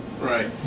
Right